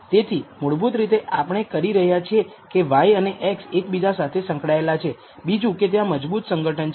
તેથી મૂળભૂત રીતે આપણે કરી રહ્યા છીએ કે y અને x એકબીજા સાથે સંકળાયેલા છે બીજું કે ત્યાં મજબૂત સંગઠન છે